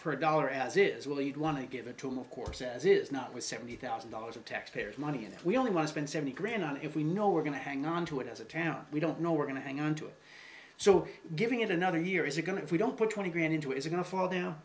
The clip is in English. for a dollar as it is well you'd want to give it to them of course as it is not with seventy thousand dollars of taxpayers money and we only want to spend seventy grand on if we know we're going to hang on to it as a town we don't know we're going to hang on to it so giving it another year is going to if we don't put twenty grand into it is going to fall down